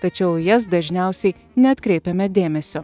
tačiau į jas dažniausiai neatkreipiame dėmesio